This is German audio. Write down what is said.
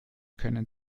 können